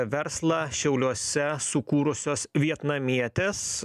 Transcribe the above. verslą šiauliuose sukūrusios vietnamietės